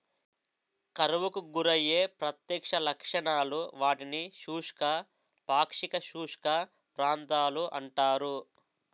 కరువుకు గురయ్యే ప్రత్యక్ష లక్షణాలు, వాటిని శుష్క, పాక్షిక శుష్క ప్రాంతాలు అంటారు